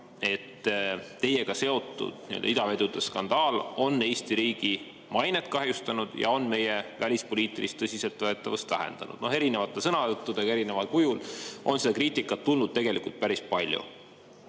et teiega seotud idavedude skandaal on Eesti riigi mainet kahjustanud ja on meie välispoliitilist tõsiseltvõetavust vähendanud. Erinevate sõnavõttudega, erineval kujul on seda kriitikat tulnud tegelikult päris palju.